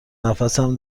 نفسم